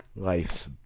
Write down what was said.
Life's